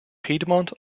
piedmont